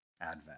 Advent